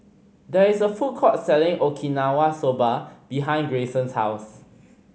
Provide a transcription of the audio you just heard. there is a food court selling Okinawa Soba behind Grayson's house